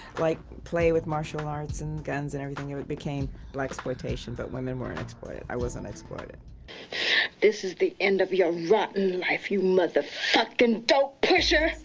like play with martial arts and guns and everything it became blaxploitation but women weren't exploited. i wasn't exploited. this is the end of your rotten life you motherfuckin' dope pusher!